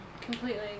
Completely